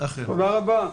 תודה רבה.